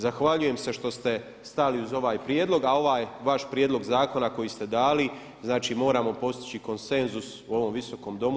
Zahvaljujem se što ste stali uz ovaj prijedlog, a ovaj vaš prijedlog zakona koji ste dali, znači moramo postići konsenzus u ovom Visokom domu.